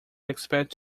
expected